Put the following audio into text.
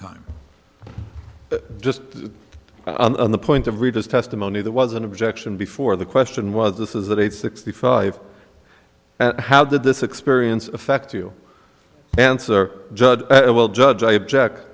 time just on the point of reader's testimony there was an objection before the question was this is that eight sixty five how did this experience affect you answer judge well judge i object